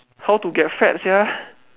how to get fat sia